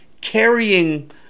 carrying